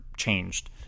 Changed